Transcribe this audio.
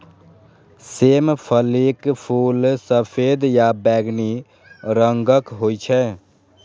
सेम फलीक फूल सफेद या बैंगनी रंगक होइ छै